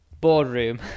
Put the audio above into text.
boardroom